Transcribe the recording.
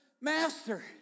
Master